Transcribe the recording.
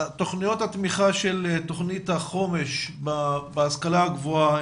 תכניות התמיכה של תכנית החומש בהשכלה הגבוהה,